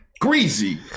Greasy